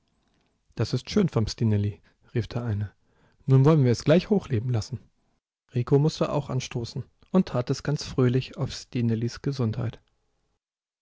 das ist schön vom stineli rief der eine nun wollen wir es gleich hoch leben lassen rico mußte auch anstoßen und tat es ganz fröhlich auf stinelis gesundheit